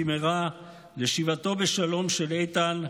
במהרה לשיבתו בשלום של איתן,